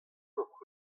hocʼh